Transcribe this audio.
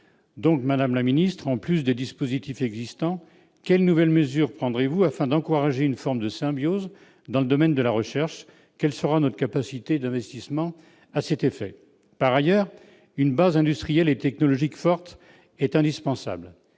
Madame la ministre, en plus des dispositifs existants, quelles nouvelles mesures prendrez-vous afin d'encourager une forme de symbiose dans le domaine de la recherche ? Quelle sera notre capacité d'investissement à cet effet ? Par ailleurs, une base industrielle et technologique forte est indispensable.